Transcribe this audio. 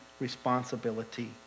responsibility